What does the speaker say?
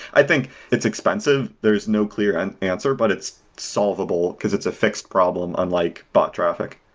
i think it's expensive. there's no clear and answer, but it's solvable, because it's a fixed problem, unlike bot traffic.